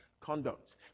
conduct